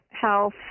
health